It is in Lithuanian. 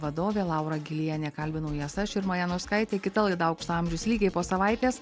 vadovė laura gilienė kalbinau jas aš irma janauskaitė kita laida aukso amžius lygiai po savaitės